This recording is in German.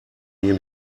hier